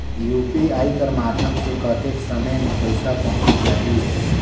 UPI कर माध्यम से कतेक समय मे पइसा पहुंच जाहि?